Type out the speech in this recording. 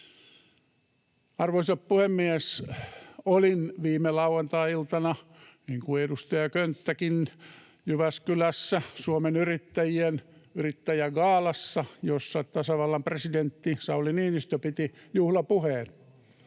Arvoisa puhemies! Olin viime lauantai-iltana, niin kuin edustaja Könttäkin, Jyväskylässä Suomen Yrittäjien Yrittäjägaalassa, jossa tasavallan presidentti Sauli Niinistö piti juhlapuheen.